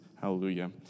Hallelujah